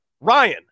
Ryan